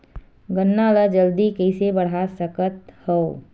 गन्ना ल जल्दी कइसे बढ़ा सकत हव?